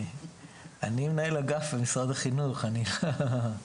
אני מנהל אגף במשרד החינוך, אני אוכל לעזור.